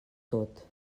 tot